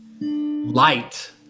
light